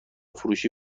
فروشی